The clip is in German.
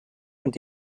und